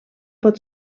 pot